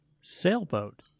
sailboat